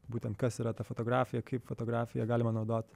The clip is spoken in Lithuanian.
būtent kas yra ta fotografija kaip fotografiją galima naudoti